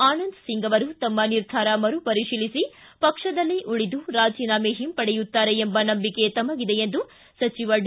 ಆನಂದ್ ಸಿಂಗ್ ಅವರು ತಮ್ಮ ನಿರ್ಧಾರ ಮರುಪರಿಶೀಲಿಸಿ ಪಕ್ಷದಲ್ಲೇ ಉಳಿದು ರಾಜೀನಾಮೆ ಹಿಂಪಡೆಯುತ್ತಾರೆ ಎಂಬ ನಂಬಿಕೆ ತಮಗಿದೆ ಸಚಿವ ಡಿ